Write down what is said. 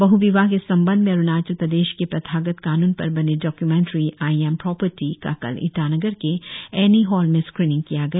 बहविवाह के संबंध में अरुणाचल प्रदेश के प्रथागत कानून पर बनी डॉक्यूमेंट्री आई एम प्रॉपर्टी का कल ईटानगर के ऐनी हॉल में स्क्रीनिंग किया गया